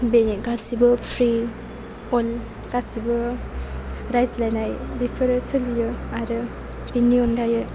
बेयो गासैबो फ्रि पल गासैबो रायज्लायनाय बेफोरो सोलियो आरो बिनि अनगायै